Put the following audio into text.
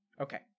Okay